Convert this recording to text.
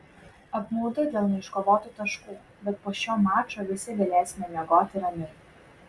apmaudu dėl neiškovotų taškų bet po šio mačo visi galėsime miegoti ramiai